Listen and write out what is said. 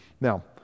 Now